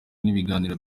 n’ibiganiro